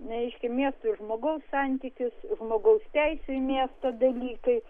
reiškia mieso ir žmogaus santykis žmogaus teisių į miestą dalykai